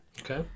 Okay